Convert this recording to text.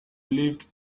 lived